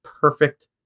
perfect